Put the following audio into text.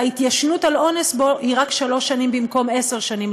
וההתיישנות על אונס בו היא רק שלוש שנים במקום עשר שנים,